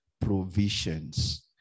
provisions